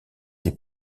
des